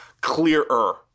clearer